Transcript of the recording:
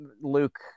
Luke